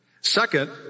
Second